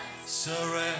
surrender